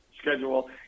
schedule